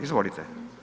Izvolite.